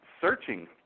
searching